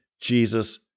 Jesus